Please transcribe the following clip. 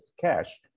cash